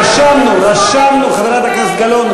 רשמנו, רשמנו, חברת הכנסת גלאון.